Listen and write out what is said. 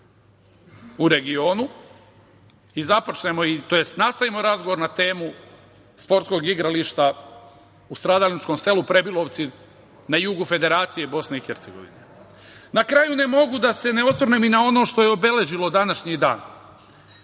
u regionu i započnemo, tj. nastavimo razgovor na temu sportskog igrališta u stradalničkom selu Prebilovci na jugu Federacije BiH.Na kraju, ne mogu da se ne osvrnem i na ono što je obeležilo današnji dan,